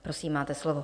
Prosím, máte slovo.